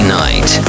night